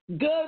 Good